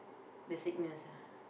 the sickness ah